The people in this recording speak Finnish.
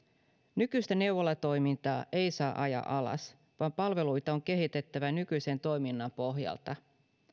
nykyistä neuvolatoimintaa ei saa ajaa alas vaan palveluita on kehitettävä nykyisen toiminnan pohjalta